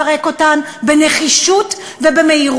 וצריך לפרק אותן בנחישות ובמהירות.